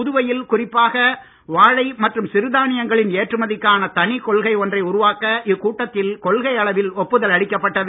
புதுவையில் குறிப்பாக வாழை மற்றும் சிறுதானியங்களின் ஏற்றுமதிக்கான தனிக் கொள்கை ஒன்றை இக்கூட்டத்தில் கொள்கை அளவில் உருவாக்க ஒப்புதல் அளிக்கப்பட்டது